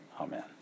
Amen